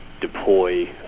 deploy